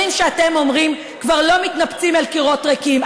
שאתם אומרים כבר לא מתנפצים אל קירות ריקים,